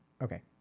Okay